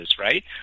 right